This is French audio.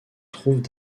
trouvent